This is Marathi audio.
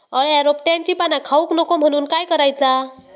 अळ्या रोपट्यांची पाना खाऊक नको म्हणून काय करायचा?